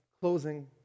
closing